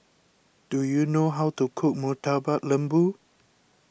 do you know how to cook Murtabak Lembu